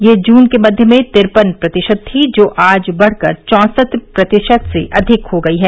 यह जून के मध्य में तिरपन प्रतिशत थी जो आज बढ़कर चौसठ प्रतिशत से अधिक हो गई है